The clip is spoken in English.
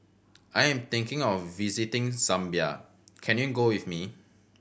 I am thinking of visiting Zambia can you go with me